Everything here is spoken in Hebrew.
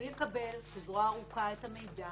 הוא יקבל כזרוע ארוכה את המידע,